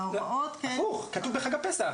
ההוראות הן --- הפוך, כתוב בחג הפסח.